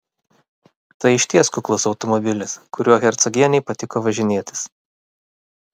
tai išties kuklus automobilis kuriuo hercogienei patiko važinėtis